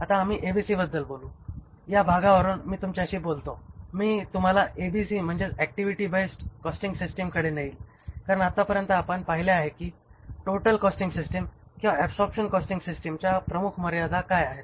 आता आम्ही एबीसीबद्दल बोलू या भागावरून मी तुमच्याशी बोलतो मी तुम्हाला एबीसी म्हणजेच ऍक्टिव्हिटी बेस्ड कॉस्टिंग सिस्टमकडे नेईन कारण आतापर्यंत आपण पहिले आहे की टोटल कॉस्टिंग सिस्टिम किंवा ऍबसॉरबशन कॉस्टिंग सिस्टिमच्या प्रमुख मर्यादा काय आहेत